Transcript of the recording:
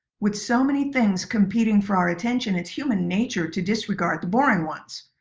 with so many things competing for our attention, it's human nature to disregard the boring ones.